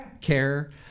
care